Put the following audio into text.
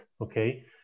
okay